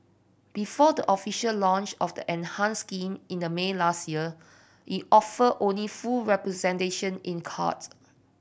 before the official launch of the enhanced scheme in the May last year it offered only full representation in court